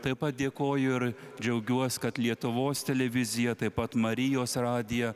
taip pat dėkoju ir džiaugiuos kad lietuvos televizija taip pat marijos radija